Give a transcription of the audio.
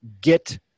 get